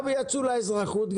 גם יצאו לאזרחות,